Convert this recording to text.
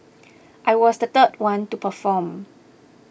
I was the third one to perform